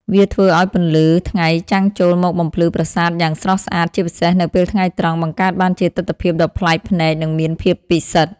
វាធ្វើឱ្យពន្លឺថ្ងៃចាំងចូលមកបំភ្លឺប្រាសាទយ៉ាងស្រស់ស្អាតជាពិសេសនៅពេលថ្ងៃត្រង់ បង្កើតបានជាទិដ្ឋភាពដ៏ប្លែកភ្នែកនិងមានភាពពិសិដ្ឋ។